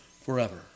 forever